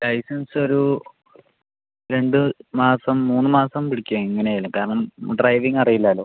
licence ഒരു രണ്ട് മാസം മൂന്ന് മാസം പിടിക്കും എങ്ങനെ ആയാലും കാരണം ഡ്രൈവിംഗ് അറിയില്ലാല്ലോ